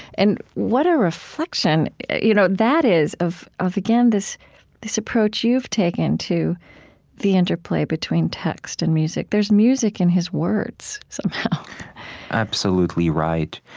and what a reflection you know that is of, again, this this approach you've taken to the interplay between text and music. there's music in his words somehow absolutely right.